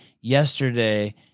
yesterday